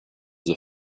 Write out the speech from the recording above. the